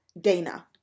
Dana